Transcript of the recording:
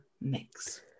mix